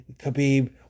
Khabib